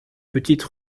petite